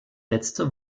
letzte